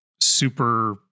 super